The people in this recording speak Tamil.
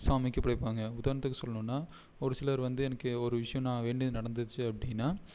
சுவாமிக்கு படைப்பாங்க உதாரணத்துக்கு சொல்லணுன்னா ஒரு சிலர் வந்து எனக்கு ஒரு விஷயம் நான் வேண்டுனது நடந்துடுச்சு அப்படின்னா